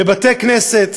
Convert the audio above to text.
בבתי-כנסת,